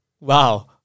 Wow